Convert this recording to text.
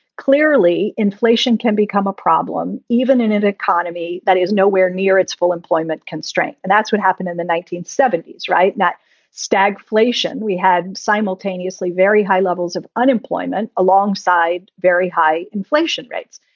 clearly, inflation can become a problem even in an economy that is nowhere near its full employment constraint. and that's what happened in the nineteen seventy s, right. that stagflation we had simultaneously very high levels of unemployment alongside very high inflation rates.